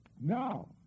Now